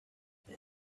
then